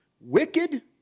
wicked